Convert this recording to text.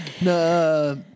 no